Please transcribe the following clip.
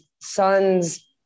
son's